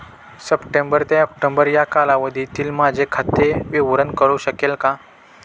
September ते October या कालावधीतील माझे खाते विवरण कळू शकेल का?